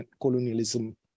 colonialism